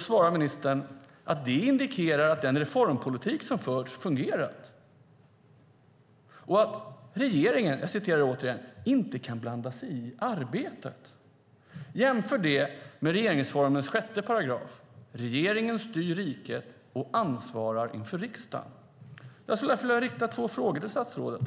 svarar ministern att det indikerar att den reformpolitik som förts fungerat och att "regeringen kan . inte blanda sig i arbetet". Jämför det med 1 kap. 6 § regeringsformen där det står: "Regeringen styr riket. Den är ansvarig inför riksdagen." Jag skulle vilja rikta två frågor till statsrådet.